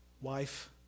wife